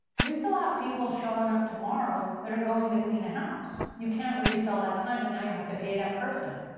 you still have people showing up tomorrow that are going to clean a house. you can't resell that time. and now you have to pay that person.